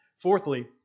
Fourthly